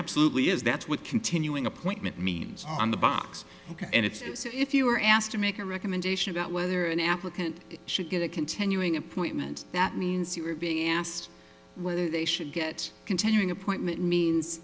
absolutely is that's what continuing appointment means on the box and it's as if you were asked to make a recommendation about whether an applicant should get a continuing appointment that means you were being asked whether they should get continuing appointment means